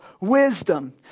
wisdom